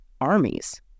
armies